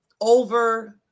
over